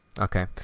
Okay